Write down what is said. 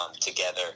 together